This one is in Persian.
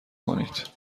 کنید